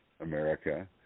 America